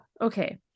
okay